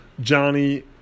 Johnny